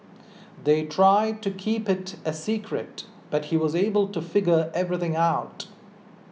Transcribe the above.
they tried to keep it a secret but he was able to figure everything out